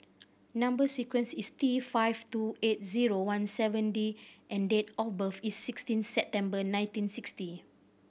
number sequence is T five two eight zero one seven D and date of birth is sixteen September nineteen sixty